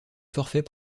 forfait